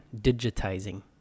digitizing